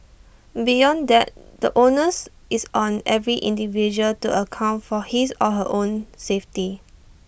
beyond that the onus is on every individual to account for his or her own safety